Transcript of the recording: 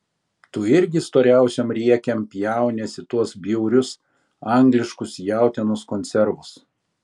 tu irgi storiausiom riekėm pjauniesi tuos bjaurius angliškus jautienos konservus